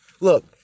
Look